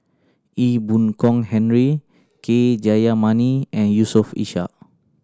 Ee Boon Kong Henry K Jayamani and Yusof Ishak